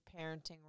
parenting